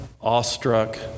awestruck